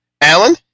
Alan